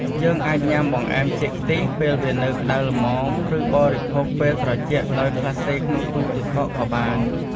យើងអាចញុំាបង្អែម ចេកខ្ទិះ ពេលវានៅក្តៅល្មម ឬ បរិភោគពេលត្រជាក់ដោយក្លាសេក្នុងទូរទឹកកកក៏បាន។